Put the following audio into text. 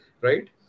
Right